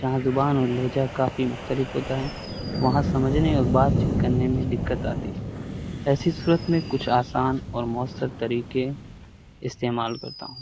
جہاں زبان اور لہجہ کافی مختلف ہوتا ہے وہاں سمجھنے اور بات چیت کرنے میں دقت آتی ہے ایسی صورت میں کچھ آسان اور مؤثر طریقے استعمال کرتا ہوں